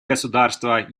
государство